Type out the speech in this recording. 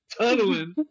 tunneling